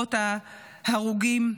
משפחות ההרוגים,